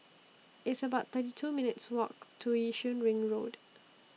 It's about thirty two minutes' Walk to Yishun Ring Road